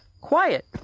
Quiet